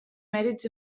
mèrits